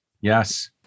Yes